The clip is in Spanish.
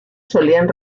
solían